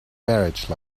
marriage